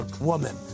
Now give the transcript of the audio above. woman